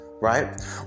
right